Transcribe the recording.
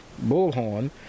Bullhorn